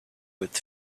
with